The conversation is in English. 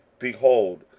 behold,